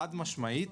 חד משמעית,